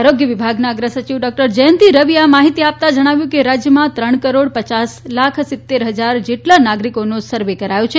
આરોગ્ય વિભાગના અગ્રસચિવ ડોક્ટર જયંતિ રવિએ આ માહિતી આ તાં જણાવ્યું કે રાજ્યમાં ત્રણ કરોડ યાસ લાખ સિત્તેર ફજાર જેટલા નાગરિકોનો સર્વે કરાયો છે